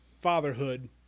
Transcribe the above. fatherhood